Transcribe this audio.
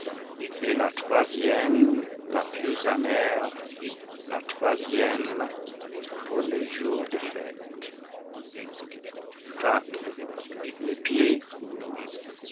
et la troisième la plus amère la troisième pour les jours de fête les pieds nus